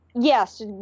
Yes